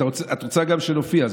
את רוצה גם שנופיע.